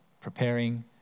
preparing